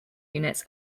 units